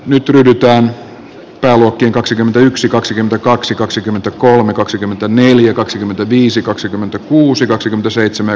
nyt ryhdytään talokin kaksikymmentäyksi kaksikymmentäkaksi kaksikymmentäkolme kaksikymmentäneljä kaksikymmentäviisi kaksikymmentäkuusi kaksikymmentäseitsemän